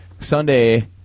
Sunday